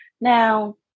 now